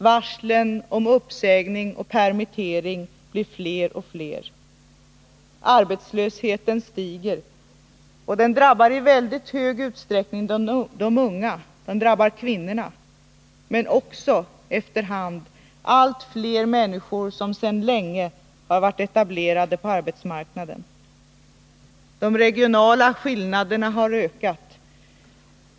Varslen om uppsägning och permittering blir fler och fler. Arbetslösheten stiger. Den drabbar i väldigt stor utsträckning de unga, den drabbar kvinnorna, men den drabbar också efter hand allt fler människor som sedan länge har varit etablerade på arbetsmarknaden. De regionala skillnaderna har ökat.